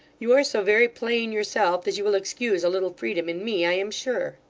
you are so very plain yourself, that you will excuse a little freedom in me, i am sure